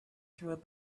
through